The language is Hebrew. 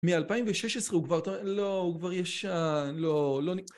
מאלפיים ושש עשרה הוא כבר... לא הוא כבר ישן... לא נקרא